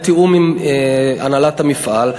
בתיאום עם הנהלת המפעל,